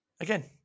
again